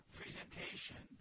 presentation